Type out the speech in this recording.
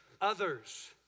Others